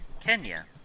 Kenya